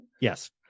Yes